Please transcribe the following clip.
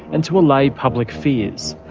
and to allay public fears.